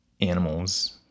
animals